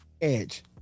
edge